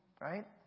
right